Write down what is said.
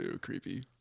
Creepy